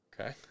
Okay